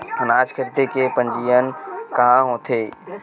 अनाज खरीदे के पंजीयन कहां होथे?